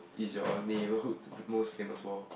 is your neighbourhood most famous for